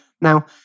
Now